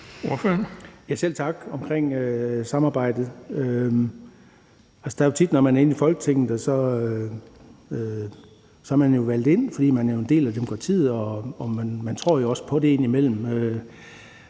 Selv tak for samarbejdet. Det er jo tit sådan, at man, når man er inde i Folketinget, hvor man jo er valgt ind, fordi man er en del af demokratiet, og man jo indimellem